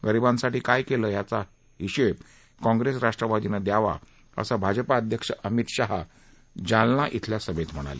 गरिबांसाठी काय केले याचा हिशेब काँप्रेस राष्ट्रवादीनं द्यावा असं भाजपा अध्यक्ष अमित शाह जालना खेल्या सभेत म्हणाले